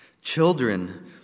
Children